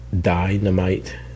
Dynamite